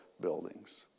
buildings